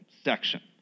section